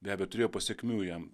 ne bet turėjo pasekmių jam